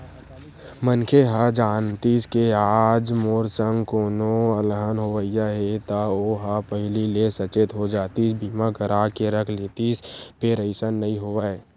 मनखे ह जानतिस के आज मोर संग कोनो अलहन होवइया हे ता ओहा पहिली ले सचेत हो जातिस बीमा करा के रख लेतिस फेर अइसन नइ होवय